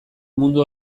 mundu